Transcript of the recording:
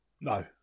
No